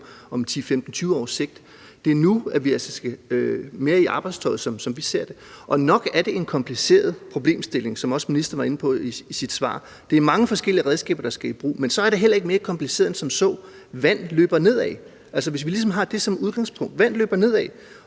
– på 15-20-års sigt. Det er altså nu, vi skal mere i arbejdstøjet, som vi ser det. Og nok er det en kompliceret problemstilling, som også ministeren var inde på i sit svar – det er mange forskellige redskaber, der skal i brug – men så er det heller ikke mere kompliceret end som så. Vand løber nedad. Altså, hvis vi ligesom har det som udgangspunkt, altså at vand løber nedad,